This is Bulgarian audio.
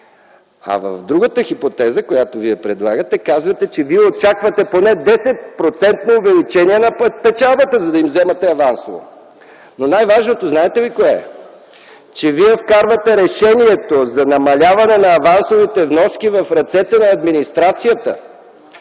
а в другата хипотеза, която вие предлагате, казвате, че вие очаквате поне 10-процентно увеличение на печалбата, за да им вземе авансово. Но знаете ли кое е най-важното? Че вие вкарвате решението за намаляване на авансовите вноски в ръцете на администрацията.